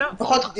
זה פחות חשוב.